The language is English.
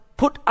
put